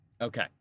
Okay